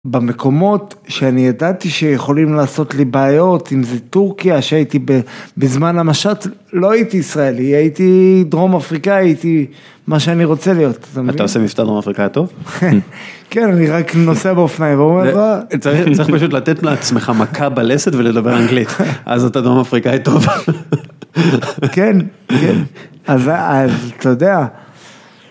במקומות שאני ידעתי שיכולים לעשות לי בעיות, אם זה טורקיה שהייתי בזמן המשט לא הייתי ישראלי, הייתי דרום אפריקאי, הייתי מה שאני רוצה להיות. אתה עושה מבטא דרום אפריקאי טוב? כן, אני רק נוסע באופניים. צריך פשוט לתת לעצמך מכה בלסת ולדבר אנגלית, אז אתה דרום אפריקאי טוב. כן, כן. אז אתה יודע.